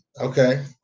Okay